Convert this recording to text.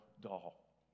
doll